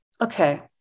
Okay